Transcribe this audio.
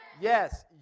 Yes